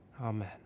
Amen